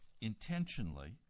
intentionally